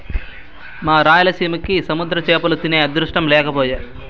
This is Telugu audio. మా రాయలసీమకి సముద్ర చేపలు తినే అదృష్టం లేకపాయె